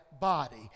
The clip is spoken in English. body